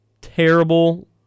terrible